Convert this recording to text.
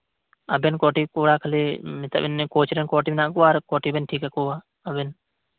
ᱟᱵᱮᱱ ᱠᱚᱴᱤ ᱠᱚᱲᱟ ᱠᱷᱟᱞᱤ ᱢᱮᱛᱟᱵᱤᱱ ᱫᱚᱧ ᱠᱳᱪ ᱨᱮᱱ ᱠᱚᱴᱤ ᱢᱮᱱᱟᱜ ᱠᱚᱣᱟ ᱟᱨ ᱠᱚᱴᱤ ᱵᱮᱱ ᱴᱷᱤᱠ ᱠᱟᱠᱚᱣᱟ ᱟᱵᱮᱱ